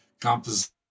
composition